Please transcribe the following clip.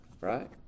Right